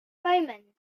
omens